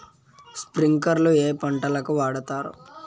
స్ప్రింక్లర్లు ఏ పంటలకు వాడుతారు?